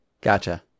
Gotcha